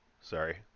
Sorry